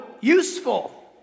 useful